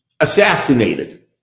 assassinated